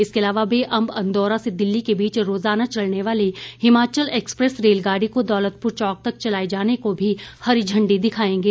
इसके अलावा वे अंब अंदौरा से दिल्ली के बीच रोज़ाना चलने वाली हिमाचल एक्सप्रैस रेलगाड़ी को दौलतपुर चौक तक चलाए जाने को भी हरी झंडी दिखाएंगे